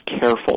careful